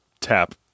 tap